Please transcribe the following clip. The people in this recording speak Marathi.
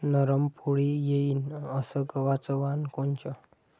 नरम पोळी येईन अस गवाचं वान कोनचं?